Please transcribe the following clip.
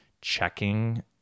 checking